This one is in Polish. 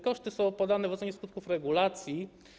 Koszty są podane w ocenie skutków regulacji.